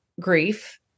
grief